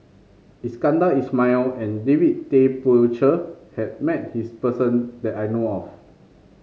Iskandar Ismail and David Tay Poey Cher has met this person that I know of